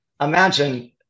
imagine